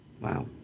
Wow